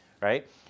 Right